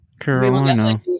carolina